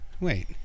Wait